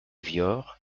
viard